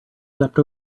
stepped